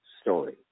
story